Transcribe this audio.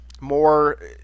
more